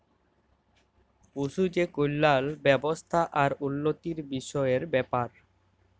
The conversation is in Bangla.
পশু যে কল্যাল ব্যাবস্থা আর উল্লতির বিষয়ের ব্যাপার